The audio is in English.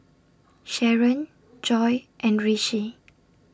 Sharen Joi and Rishi